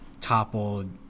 toppled